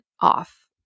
off